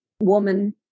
woman